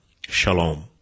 Shalom